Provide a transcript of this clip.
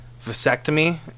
vasectomy